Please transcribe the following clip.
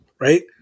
right